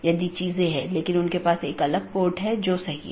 IGP IBGP AS के भीतर कहीं भी स्थित हो सकते है